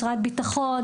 משרד ביטחון,